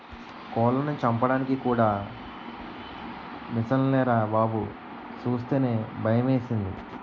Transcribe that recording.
కోళ్లను చంపడానికి కూడా మిసన్లేరా బాబూ సూస్తేనే భయమేసింది